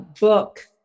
book